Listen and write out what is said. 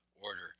order